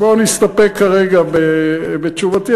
בוא נסתפק, כרגע, בתשובתי.